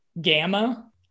gamma